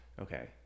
okay